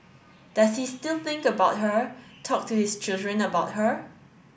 does he still think about her talk to his children about her